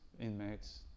inmates